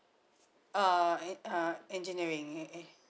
uh err engineering eh